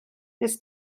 nes